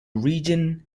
region